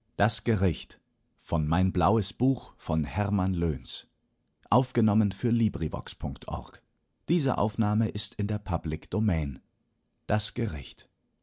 in das gericht